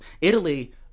Italy